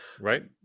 right